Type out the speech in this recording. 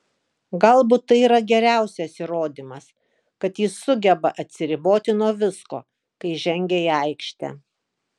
galbūt tai yra geriausias įrodymas kad jis sugeba atsiriboti nuo visko kai žengia į aikštę